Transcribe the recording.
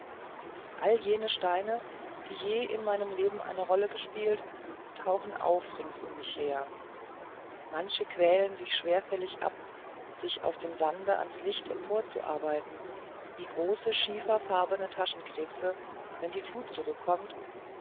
alle jene steine die je in meinem leben eine rolle gespielt tauchen auf rings um mich her manche quälen sich schwerfällig ab sich aus dem sande ans licht emporzuarbeiten wie große schieferfarbene taschenkrebse wenn die flut zurückkommt